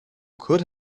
could